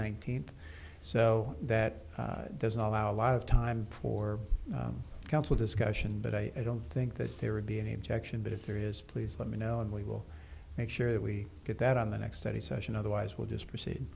nineteenth so that doesn't allow a lot of time for council discussion but i don't think that there would be any objection but if there is please let me know and we will make sure that we get that on the next study session otherwise we'll just proceed